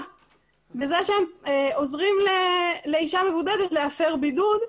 בזה שהם עוזרים לאישה מבודדת להפר בידוד.